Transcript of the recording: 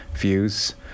views